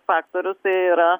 faktorius tai yra